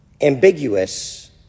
ambiguous